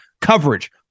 coverage